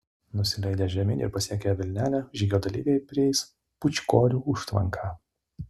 nusileidę žemyn ir pasiekę vilnelę žygio dalyviai prieis pūčkorių užtvanką